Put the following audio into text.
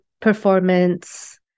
performance